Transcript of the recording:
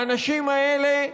האנשים האלה שמגיעים,